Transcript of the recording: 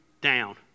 down